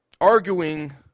arguing